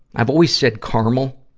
i've always said car-mel,